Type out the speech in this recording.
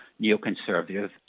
neoconservative